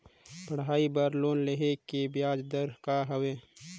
पढ़ाई बर लोन लेहे के ब्याज दर का हवे?